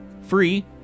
free